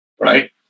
right